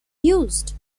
used